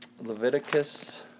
Leviticus